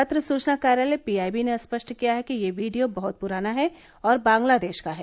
पत्र सूचना कार्यालय पी आई बी ने स्पष्ट किया है कि यह वीडियो बहुत पुराना है और बांग्लादेश का है